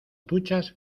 duchas